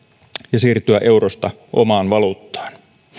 ja siirtyä eurosta omaan valuuttaan